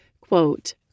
Quote